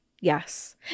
Yes